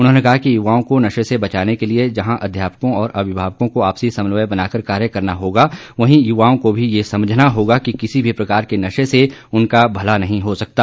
उन्होंने कहा कि युवाओं को नशे से बचाने के लिए जहां अध्यापकों और अभिभावकों को आपसी समन्वय बनाकर कार्य करना होगा वहीं युवाओं को भी यह समझना होगा कि किसी भी प्रकार के नशे से उनका भला नहीं हो सकता